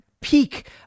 peak